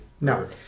No